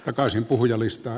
takaisin puhujalistaan